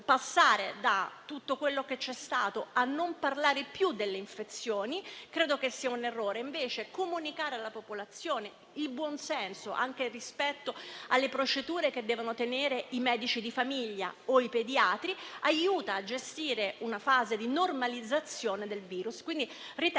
passare da tutto quello che c'è stato a non parlare più delle infezioni credo sia un errore; invece, comunicare con la popolazione con buon senso, anche rispetto alle procedure che devono tenere i medici di famiglia o i pediatri, aiuterebbe a gestire la fase di normalizzazione della